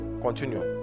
continue